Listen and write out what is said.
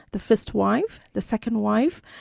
the first wife, the second wife,